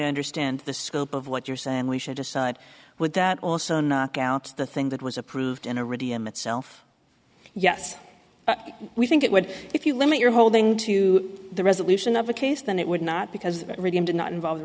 understand the scope of what you're saying we should decide would that also knock out the thing that was approved in a radium itself yes we think it would if you limit your holding to the resolution of a case then it would not because radium did not involve the